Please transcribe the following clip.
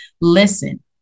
listen